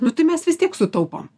nu tai mes vis tiek sutaupom